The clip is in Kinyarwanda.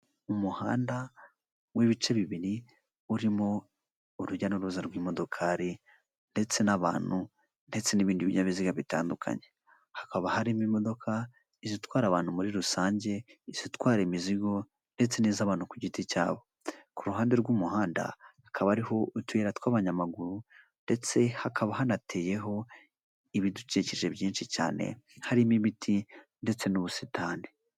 Umuhanda w'ibice bibiri urimo urujya n'uruza rw'imodokari ndetse n'abantu ndetse n'ibindi bininyabiziga bitandukanye, hakaba harimo imodoka, izitwara abantu muri rusange, izitwara imizigo ndetse n'iz'abantu ku giti cyabo, ku ruhande rw'umuhanda hakaba hari utuyira tw'abanyamaguru ndetse hakaba hanateyeho ibidukikije byinshi cyane harimo imiti ndetse n'ubusitani.